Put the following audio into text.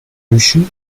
ocean